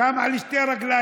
הוא קם על שתי רגליים.